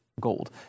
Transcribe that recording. Gold